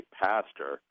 pastor